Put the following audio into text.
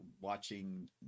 watching